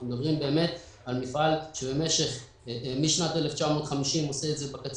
אנחנו מדברים על מפעל שמשנת 1950 עושה את זה בקצה